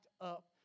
up